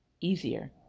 easier